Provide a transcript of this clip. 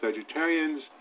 vegetarians